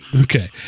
Okay